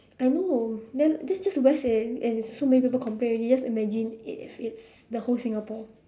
I know then just just the west eh and so many people complain already just imagine if it's the whole singapore